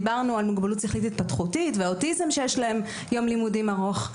דיברנו על מוגבלות שכלית התפתחותית והאוטיזם שיש להם יום לימודים ארוך.